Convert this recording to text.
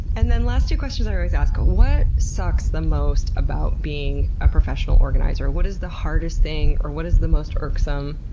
and last two questions i always ask ah what sucks the most about being a professional organizer? what is the hardest thing, or what is the most irksome?